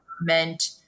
meant